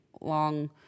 long